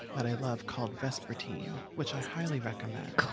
that i love called vespertine, which i highly recommend.